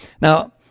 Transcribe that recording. Now